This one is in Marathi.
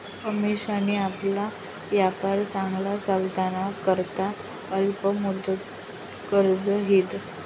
अमिशानी आपला यापार चांगला चालाना करता अल्प मुदतनं कर्ज ल्हिदं